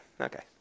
okay